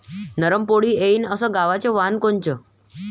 नरम पोळी येईन अस गवाचं वान कोनचं?